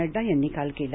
नड्डा यांनी काल केला